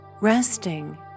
resting